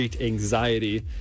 anxiety